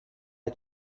are